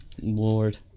Lord